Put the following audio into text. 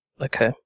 Okay